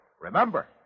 Remember